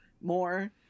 more